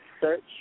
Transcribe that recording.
search